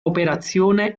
operazione